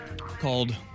called